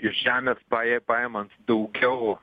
ir žemės paė paimant daugiau